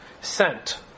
sent